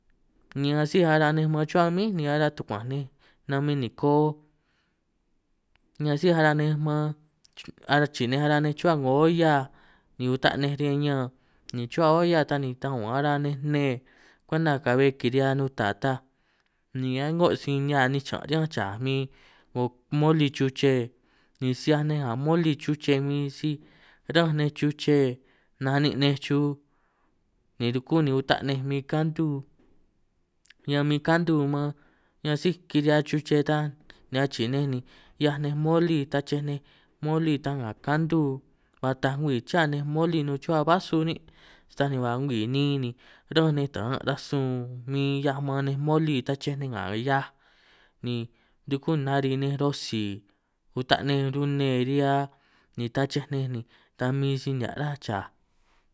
Ni asij ara nej man chuhua mín ni ara tukuanj nej namin niko, ni asij ara nej man achii nej ara nej chuhua 'ngo olla ni uta' nej riñan ñaan, ni chuhua olla ta ni tañun ara nej nne kwenta ka'bbe kiri'hia nuta ta, ni ango' si nihia' ninj xiñan' riñanj chaj min, 'ngo moli chuche ni si 'hiaj nej nga moli chuche min si, ránj nej chuche na'nin' nej chuj ni duku ni uta' nej min kantu ñan min kantu man ñan síj kirihia chuche ta, ni achii nej ni 'hiaj nej moli tachej nnej moli ta nga kantu, ba taaj ngwii cha nej moli nun chuhua basu nin', sani ba ngwii niin ni ránj nej taran rasun min hiaj maan nej moli tachej nej nga hiaaj, ni duku nari nej rosi uta' nej rune rihia ni tachej nej ni ta min si nihia' ráj chaj.